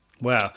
Wow